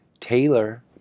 Taylor